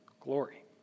glory